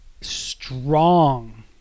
strong